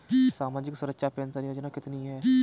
सामाजिक सुरक्षा पेंशन योजना कितनी हैं?